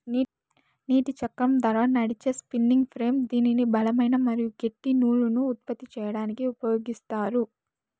నీటి చక్రం ద్వారా నడిచే స్పిన్నింగ్ ఫ్రేమ్ దీనిని బలమైన మరియు గట్టి నూలును ఉత్పత్తి చేయడానికి ఉపయోగిత్తారు